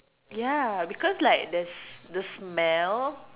ya because like there's the smell